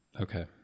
Okay